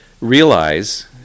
realize